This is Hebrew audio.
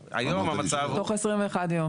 היום, המצב הוא --- תוך 21 יום.